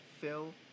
Phil